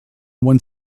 one